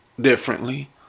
differently